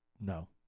No